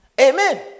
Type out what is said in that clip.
Amen